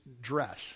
dress